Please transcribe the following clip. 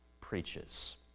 preaches